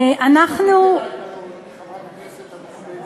אנחנו, חברת הכנסת המצטיינת,